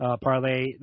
parlay